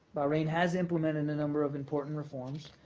bahrain has implemented a number of important reforms,